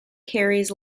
carries